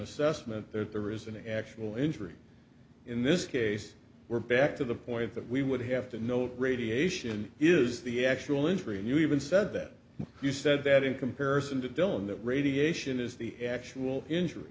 assessment there is an actual injury in this case we're back to the point that we would have to know radiation is the actual injury and you even said that you said that in comparison to dylan that radiation is the actual injury